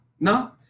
No